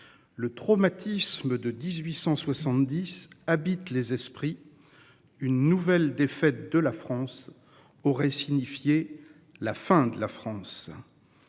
Le traumatisme de 1870, habite les esprits. Une nouvelle défaite de la France aurait signifié la fin de la France.